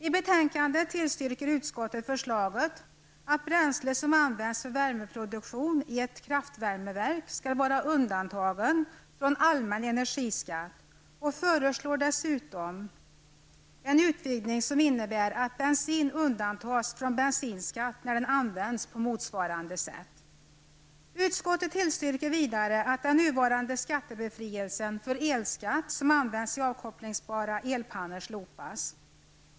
I betänkandet tillstyrker utskottet förslaget att bränsle som används för värmeproduktion i ett kraftvärmeverk skall vara undantagen från allmän energiskatt och föreslår dessutom en utvidgning som innebär att bensin undantas från bensinskatt när den används på motsvarande sätt. Utskottet tillstyrker vidare att den nuvarande skattebefrielsen för elskatt som används i avkopplingsbara elpannor slopas.